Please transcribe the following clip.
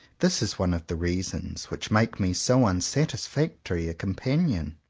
this is one of the reasons which make me so unsatisfactory a companion.